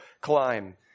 climb